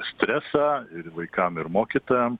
stresą ir vaikam ir mokytojam